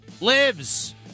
lives